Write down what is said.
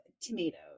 tomatoes